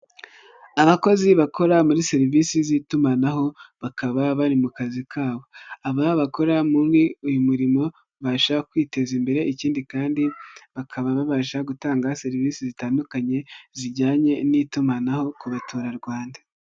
Abakozi bakora muri serivisi z'itumanaho, bakaba bari mu kazi kabo, aba bakora muri uyu murimo babasha kwiteza imbere ikindi kandi bakaba babasha gutanga serivisi zitandukanye, zijyanye n'itumanaho ku baturarwanda.